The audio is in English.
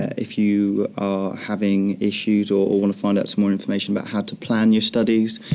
if you are having issues or want to find out some more information about how to plan your studies,